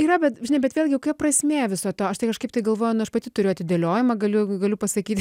yra bet žinai bet vėlgi kokia prasmė viso to aš tai kažkaip tai galvoju aš pati turiu atidėliojimą galiu galiu pasakyt